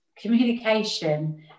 Communication